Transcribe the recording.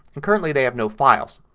um currently they have no files.